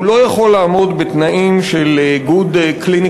והוא לא יכול לעמוד בתנאים של good clinical